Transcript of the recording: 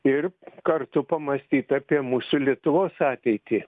ir kartu pamąstyt apie mūsų lietuvos ateitį